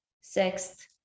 sixth